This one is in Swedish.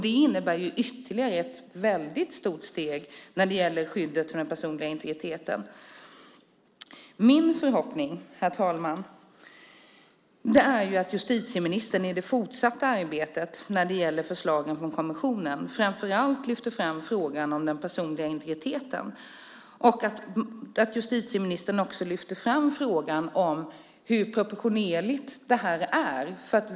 Det innebär ett väldigt stort steg när det gäller skyddet för den personliga integriteten. Herr talman! Min förhoppning är att justitieministern i det fortsatta arbetet när det gäller förslagen från kommissionen framför allt lyfter fram frågan om den personliga integriteten och också frågan om hur proportionerligt det är.